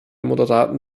moderaten